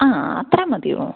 ആ അത്രയും മതിയോ